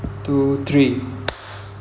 two three